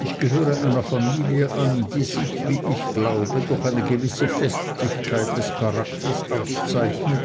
ich gehöre einer familie an die sich wie ich glaube durch eine gewisse festigkeit des charakters auszeichnet